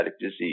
disease